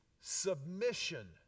Submission